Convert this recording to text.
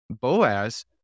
Boaz